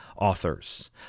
authors